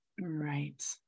right